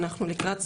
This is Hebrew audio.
אנחנו לקראת סיום,